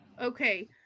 Okay